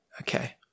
Okay